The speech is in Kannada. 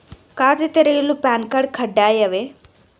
ಖಾತೆ ತೆರೆಯಲು ಪ್ಯಾನ್ ಕಾರ್ಡ್ ಕಡ್ಡಾಯವೇ?